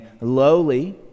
lowly